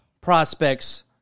prospects